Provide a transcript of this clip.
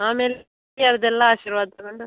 ಆಮೇಲೆ ಹಿರಿಯರದೆಲ್ಲ ಆಶೀರ್ವಾದ ತಗೊಂಡು